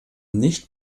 nicht